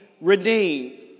redeemed